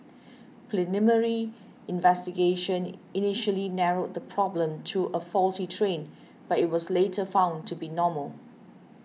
preliminary investigation initially narrowed the problem to a a faulty train but it was later found to be normal